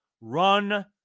Run